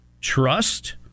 trust